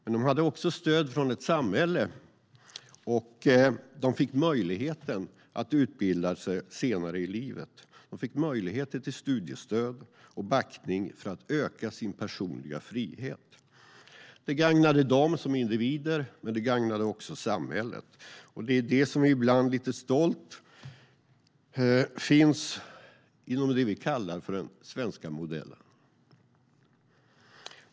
Men de hade också stöd från ett samhälle som gav dem möjligheten att utbilda sig senare i livet, möjligheter till studiestöd och backning för att öka sin personliga frihet. Det gagnade dem som individer, men det gagnade också samhället. Det finns inom det som vi ibland lite stolt kallar den svenska modellen.